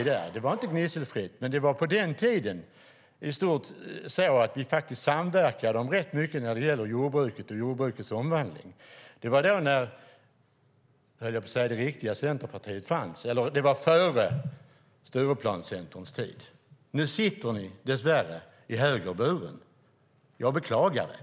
Det var inte gnisselfritt, men på den tiden samverkade vi om rätt mycket när det gällde jordbruket och dess omvandling. Det var när det riktiga Centerpartiet fanns, höll jag på att säga. Det var före Stureplanscenterns tid. Nu sitter ni dess värre i högerburen. Jag beklagar det.